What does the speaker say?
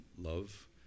love